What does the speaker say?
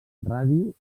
ràdio